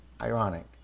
ironic